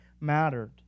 mattered